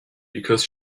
because